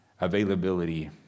availability